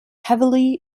heavily